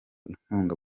inkunga